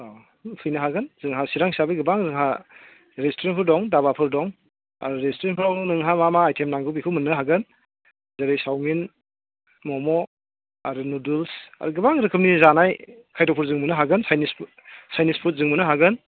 अ फैनो हागोन जोंहा चिरां हिसाबै गोबां जोंहा रेस्तुरेन्टफोर दं धाबाफोर दं आरो रेस्तुरेन्टफ्राव नोंहा मा मा आइटेम नांगौ बेखौ मोन्नो हागोन जेरै चावमिन मम' आरो नुदोल्स आरो गोबां रोखोमनि जानाय खायद्द'फोर जों मोननो हागोन चाइनिस फुड जों मोन्नो हागोन